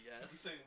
yes